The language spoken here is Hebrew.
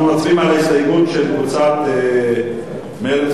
אנחנו מצביעים על ההסתייגות של קבוצת סיעת מרצ